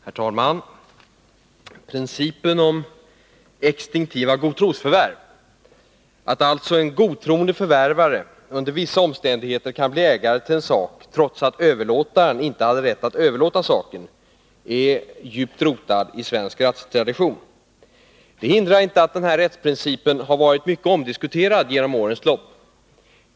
Herr talman! Principen om exstinktiva godtrosförvärv — alltså att en godtroende förvärvare under vissa omständigheter kan bli ägare till en sak, trots att överlåtaren inte hade rätt att överlåta saken — är djupt rotad i svensk rättstradition. Det hindrar inte att den rättsprincipen har varit mycket omdiskuterad under årens lopp.